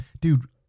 dude